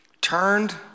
turned